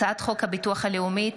הצעת חוק הביטוח הלאומי (תיקון,